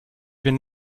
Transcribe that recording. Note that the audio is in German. bin